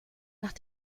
nach